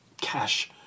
cash